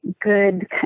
good